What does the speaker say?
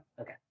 Okay